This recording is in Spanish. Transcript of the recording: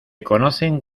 conocen